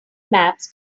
maps